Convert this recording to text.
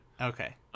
Okay